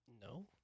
No